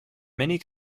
many